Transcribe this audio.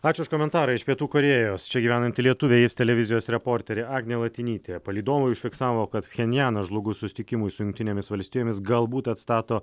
ačiū už komentarą iš pietų korėjos čia gyvenanti lietuvė ir televizijos reporterė agnė latinytė palydovai užfiksavo kad pchenjanas žlugus susitikimui su jungtinėmis valstijomis galbūt atstato